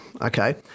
okay